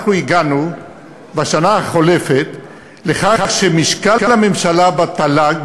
אנחנו הגענו בשנה החולפת לכך שמשקל הממשלה בתל"ג,